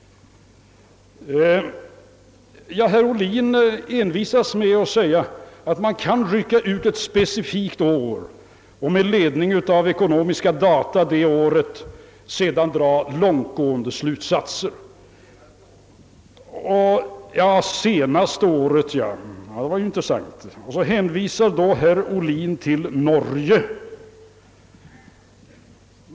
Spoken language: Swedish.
Herr Ohlin envisas med att säga att man kan rycka ut ett specifikt år och med ledning av ekonomiska data för det året dra långtgående slutsatser. Jaså, det senaste året, det var intressant. Hänvisar herr Ohlin till Norge.